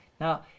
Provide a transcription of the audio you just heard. Now